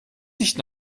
nicht